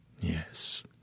Yes